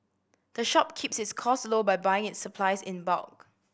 the shop keeps its costs low by buying its supplies in bulk